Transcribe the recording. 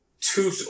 two